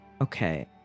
Okay